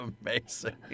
amazing